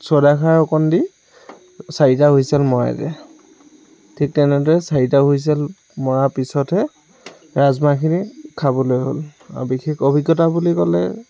soda খাৰ অকণ দি চাৰিটা হুচেইল মৰাই দিয়া ঠিক তেনেদৰে চাৰিটা হুচেইল মৰাৰ পিছতহে ৰাজমাহ খিনি খাবলৈ হ'ল আৰু বিশেষ অভিজ্ঞতা বুলি ক'লে